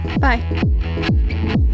Bye